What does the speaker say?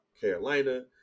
Carolina